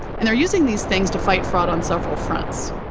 and they're using these things to fight fraud on several fronts.